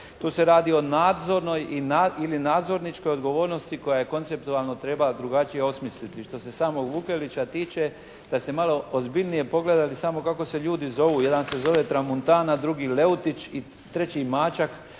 Tu se radi o nadzornoj ili nadzorničkoj odgovornosti koju konceptualno treba drugačije osmisliti. Što se samog Vukelića tiče da ste samo malo ozbiljnije pogledali kako se ljudi zovu. Jedan se zove Tramontana, drugi Leutić, treći Mačak.